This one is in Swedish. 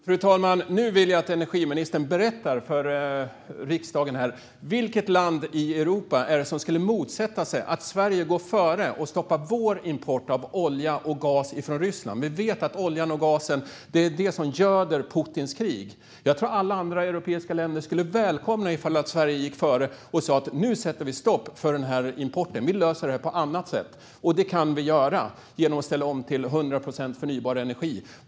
Fru talman! Nu vill jag att energiministern berättar för riksdagen vilket land i Europa som skulle motsätta sig att Sverige gick före och stoppade vår import av olja och gas från Ryssland. Vi vet att det är oljan och gasen som göder Putins krig. Jag tror att alla andra europeiska länder skulle välkomna om Sverige gick före och sa: Nu sätter vi stopp för den här importen - vi löser detta på annat sätt. Det kan vi göra genom att ställa om till 100 procent förnybar energi.